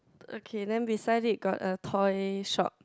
okay then beside it got a toy shop